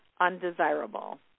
undesirable